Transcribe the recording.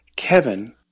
Kevin